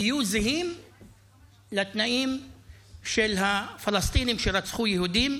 יהיו זהים לתנאים של הפלסטינים שרצחו יהודים,